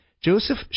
Joseph